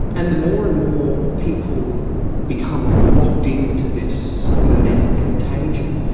and the more and more people become locked into this mimetic contagion,